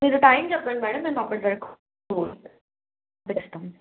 మీరు టైం చెప్పండి మ్యాడమ్ మేము అప్పడి వరకు ఇస్తాం